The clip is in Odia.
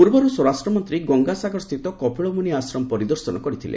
ପୂର୍ବରୁ ସ୍ୱରାଷ୍ଟ୍ର ମନ୍ତ୍ରୀ ଗଙ୍ଗାସାଗରସ୍ଥିତ କପିଳମୁନି ଆଶ୍ରମ ପରିଦର୍ଶନ କରିଥିଲେ